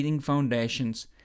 foundations